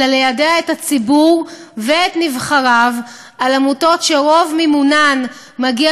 אלא ליידע את הציבור ואת נבחריו על עמותות שרוב מימונן מגיע